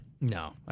No